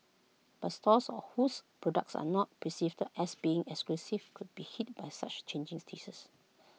but stores whose products are not perceived as being exclusive could be hit by such changing tastes